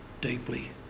deeply